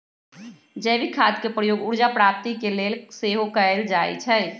जैविक खाद के प्रयोग ऊर्जा प्राप्ति के लेल सेहो कएल जाइ छइ